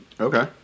Okay